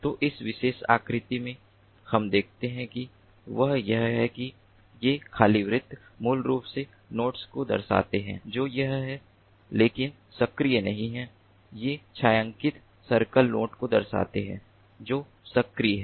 तो इस विशेष आकृति में जो हम देखते हैं वह यह है कि ये खाली वृत्त मूल रूप से नोड्स को दर्शाते हैं जो यह हैं लेकिन सक्रिय नहीं हैं और ये छायांकित सर्कल नोड्स को दर्शाते हैं जो सक्रिय हैं